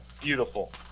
beautiful